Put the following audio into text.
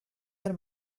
her